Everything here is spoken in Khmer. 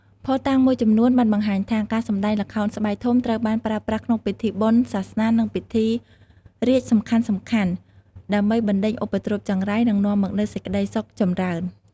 ភស្តុតាងមួយចំនួនបានបង្ហាញថា ការសម្តែងល្ខោនស្បែកធំត្រូវបានប្រើប្រាស់ក្នុងពិធីបុណ្យសាសនា និងពិធីរាជ្យសំខាន់ៗ ដើម្បីបណ្តេញឧបទ្រពចង្រៃ និងនាំមកនូវសេចក្តីសុខចម្រើន។